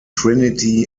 trinity